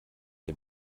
der